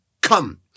come